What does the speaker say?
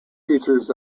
features